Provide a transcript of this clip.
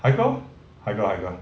haikal haikal haikal